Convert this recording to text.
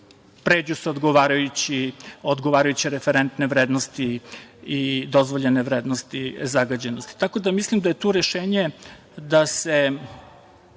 pređu se odgovarajuće referentne vrednosti i dozvoljene vrednosti zagađenosti. Tako da mislim da je tu rešenje da se